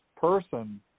person